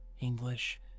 English